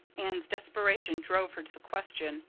anne's desperation drove her to the question.